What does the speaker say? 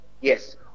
Yes